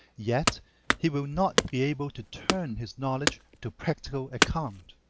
yet he will not be able to turn his knowledge to practical account.